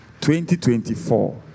2024